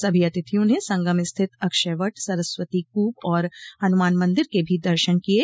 सभी अतिथियों ने संगम स्थित अक्षयवट सरस्वती कूप और हनुमान मंदिर के भी दर्शन किये